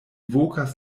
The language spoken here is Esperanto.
vokas